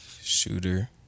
Shooter